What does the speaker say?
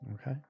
Okay